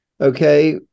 Okay